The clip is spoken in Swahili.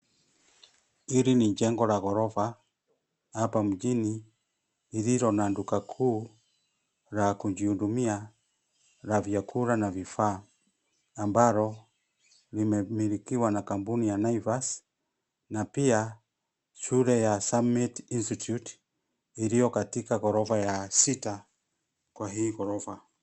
Hili ni jengo la ghorofa, hapa mjini, lililo na duka kuu la kujihudumia na vyakula na vifaa ambalo limemilikiwa na kampuni ya Naivas, na pia shule ya Summit Institute iliyo katika ghorofa ya sita kwa hii ghorofa.